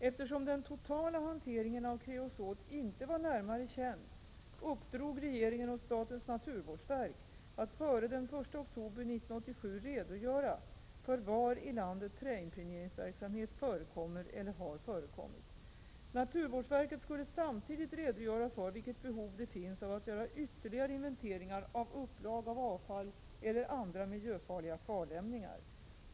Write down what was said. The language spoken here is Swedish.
Eftersom den totala hanteringen av kreosot inte var närmare känd uppdrog regeringen åt statens naturvårdsverk att före den 1 oktober 1987 redogöra för var i landet träimpregneringsverksamhet förekommer eller har förekommit. Naturvårdsverket skulle samtidigt redogöra för vilket behov det finns av att göra ytterligare inventeringar av upplag av avfall eller andra miljöfarliga kvarlämningar.